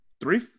Three